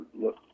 look